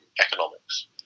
economics